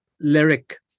lyric